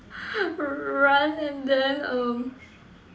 run and then um